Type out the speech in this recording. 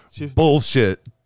Bullshit